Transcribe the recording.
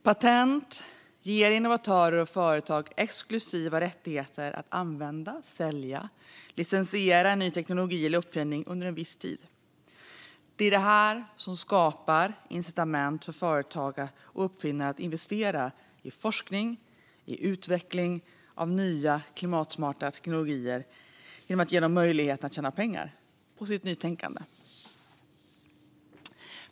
Patent ger innovatörer och företag exklusiva rättigheter att använda, sälja eller licensiera en ny teknologi eller uppfinning under en viss tid. Detta skapar incitament för företag och uppfinnare att investera i forskning och utveckling av nya klimatsmarta teknologier genom att ge dem möjlighet att tjäna pengar på sitt nytänkande.